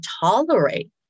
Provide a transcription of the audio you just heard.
tolerate